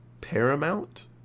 Paramount